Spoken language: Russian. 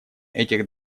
этих